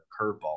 curveball